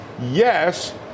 yes